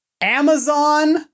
Amazon